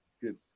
good